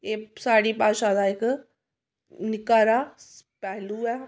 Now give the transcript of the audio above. एह् साढ़ी भाशा दा इक निक्का हारा स्पैलू ऐ